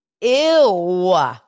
ew